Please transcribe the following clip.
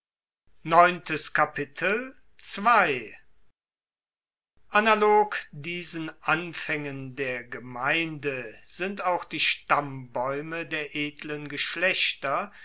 analog diesen anfaengen der gemeinde sind auch die stammbaeume der edlen geschlechter